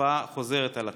התופעה חוזרת על עצמה.